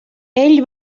ell